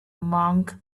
monk